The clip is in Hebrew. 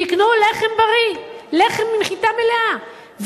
תקנו לחם בריא, לחם מחיטה מלאה.